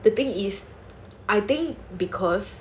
the thing is I think because